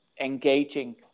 engaging